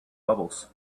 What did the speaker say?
bubbles